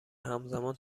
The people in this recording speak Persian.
همزمان